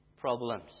problems